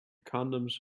condoms